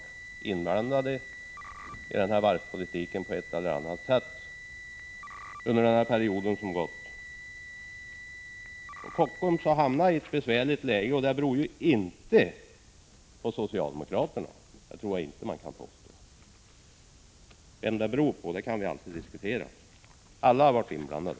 Såvitt jag vet har samtliga partier på ett eller annat sätt varit inblandade i den varvspolitik som förts. När Kockums råkat i ett besvärligt läge, tycker jag inte att man kan påstå att det beror på socialdemokraterna. Vad det beror på kan vi alltid diskutera, men alla partier har här varit inblandade.